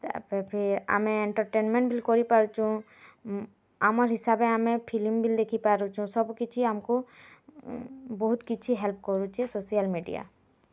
ତାପରେ ଆମେ ଏଣ୍ଟରଟେନମେଣ୍ଟ୍ କରିପାରୁଚୁଁ ଆମର୍ ହିସାବେ ଆମେ ଫିଲ୍ମ୍ ବି ଦେଖିପାରୁଚୁଁ ସବୁକିଛି ଆମକୁ ବହୁତ୍ କିଛି ହେଲ୍ପ୍ କରୁଛି ସୋସିଆଲ୍ ମିଡ଼ିଆ